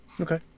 Okay